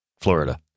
Florida